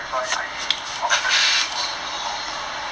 that's why I opted to go to coding